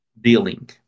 Dealing